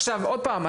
עכשיו עוד פעם,